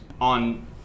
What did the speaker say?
on